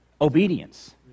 Obedience